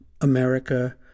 America